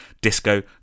Disco